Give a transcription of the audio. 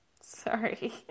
Sorry